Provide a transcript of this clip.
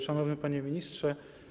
Szanowny Panie Ministrze!